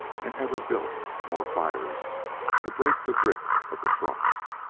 and ever built more fires to break the grip of the frost.